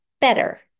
better